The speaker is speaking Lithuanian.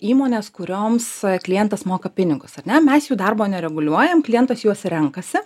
įmones kurioms klientas moka pinigus ar ne mes jų darbo nereguliuojam klientas juos renkasi